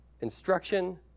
instruction